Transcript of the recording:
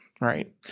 right